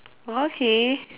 oh okay